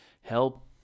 help